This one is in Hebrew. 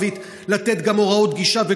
לתת גם הוראות גישה בשפה הערבית,